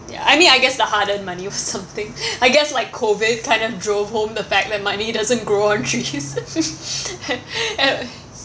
ya I mean I guess the hard earned money was something I guess like COVID kind of drove home the fact that money doesn't grow on trees